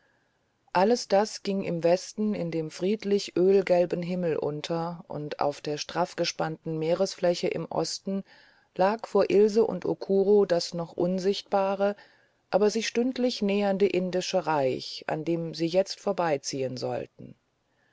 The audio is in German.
alles das ging im westen in dem friedlich ölgelben himmel unter und auf der straffgespannten meeresfläche im osten lag vor ilse und okuro das noch unsichtbare aber sich stündlich nähernde indische reich an dem sie jetzt vorbeiziehen sollten